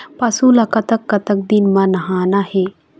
पशु ला कतक कतक दिन म नहाना हे?